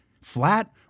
flat